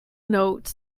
note